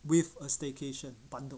with a staycation bundled